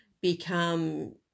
become